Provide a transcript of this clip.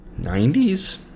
90s